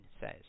says